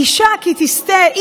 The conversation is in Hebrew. אישה כי תשטה,